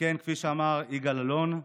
שכן כפי שאמר יגאל אלון,